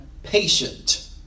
Patient